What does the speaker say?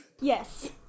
Yes